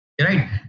Right